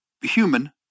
human